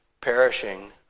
perishing